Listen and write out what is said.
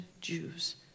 Jews